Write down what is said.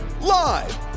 Live